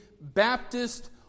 Baptist